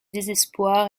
désespoir